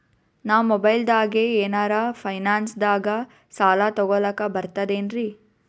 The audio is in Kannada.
ನಾ ಮೊಬೈಲ್ದಾಗೆ ಏನರ ಫೈನಾನ್ಸದಾಗ ಸಾಲ ತೊಗೊಲಕ ಬರ್ತದೇನ್ರಿ?